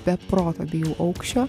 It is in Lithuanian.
be proto bijau aukščio